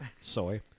Soy